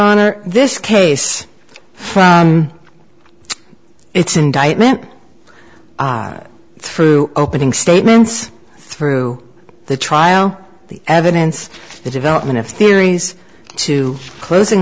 honor this case from its indictment through opening statements through the trial the evidence the development of theories to closing